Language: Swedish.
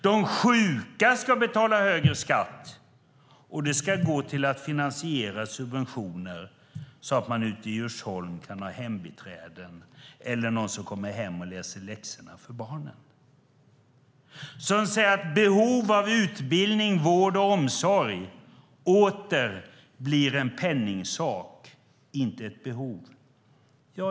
De sjuka ska betala högre skatt, och det ska gå till att finansiera subventioner så att man ute i Djursholm kan ha hembiträden eller någon som kommer hem och läser läxorna med barnen. Utbildning, vård och omsorg blir åter en penningsak, inte ett behov.